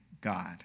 God